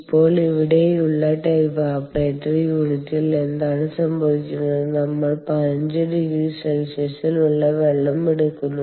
ഇപ്പോൾ ഇവിടെയുള്ള ഇവാപറേറ്റർ യൂണിറ്റിൽ എന്താണ് സംഭവിക്കുന്നത് നമ്മൾ 15C ൽ ഉള്ള വെള്ളം എടുക്കുന്നു